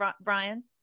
Brian